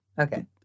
okay